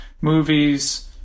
movies